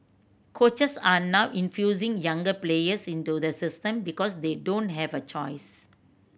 coaches are now infusing younger players into the system because they don't have a choice